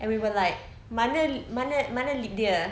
and we were like mana mana lift dia